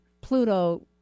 Pluto